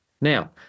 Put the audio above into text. Now